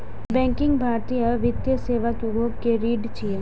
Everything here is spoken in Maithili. बैंकिंग भारतीय वित्तीय सेवा उद्योग के रीढ़ छियै